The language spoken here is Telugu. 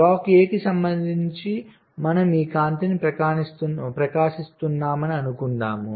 బ్లాక్ A కి సంబంధించి మనం ఈ కాంతిని ప్రకాశిస్తున్నామని అనుకుందాం